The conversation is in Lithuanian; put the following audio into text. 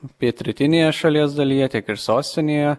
pietrytinėje šalies dalyje tiek ir sostinėje